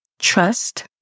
trust